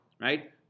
right